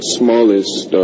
smallest